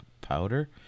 powder